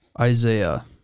Isaiah